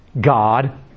God